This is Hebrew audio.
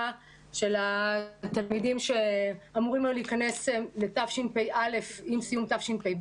של התלמידים שהיו אמורים להיכנס לתשפ"ב עם סיום תשפ"א.